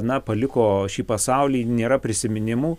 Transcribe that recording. na paliko šį pasaulį nėra prisiminimų